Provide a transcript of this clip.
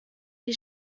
die